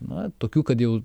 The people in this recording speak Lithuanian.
na tokių kad jau